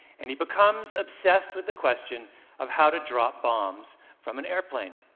and he becomes obsessed with the question of how to drop bombs from an airplane.